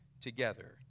together